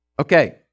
Okay